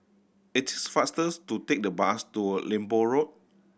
it is fastest to take the bus to Lembu Road